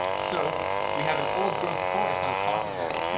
so we have an old growth forest on top of that.